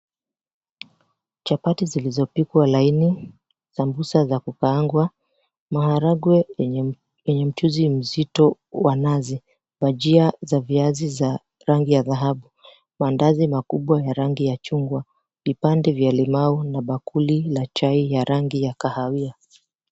Chapati zilizo pikwa laini sambusa za kukangwa maharagwe yenye mchuzi mzito wa nazi baji na viazi vya rangi ya dhahabu mandazi makubwa yenye rangi ya chungwa vipande vya limau na bakuli na chai ya rangi ya kahawia.